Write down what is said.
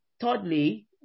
Thirdly